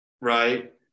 right